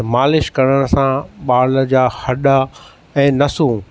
मालिश करण सां ॿार जा हॾा ऐं नसू